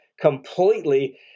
completely